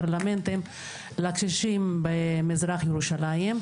פרלמנטים לקשישים במזרח ירושלים.